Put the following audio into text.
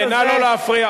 נא לא להפריע.